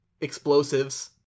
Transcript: explosives